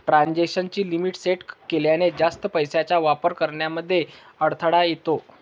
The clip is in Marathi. ट्रांजेक्शन ची लिमिट सेट केल्याने, जास्त पैशांचा वापर करण्यामध्ये अडथळा येतो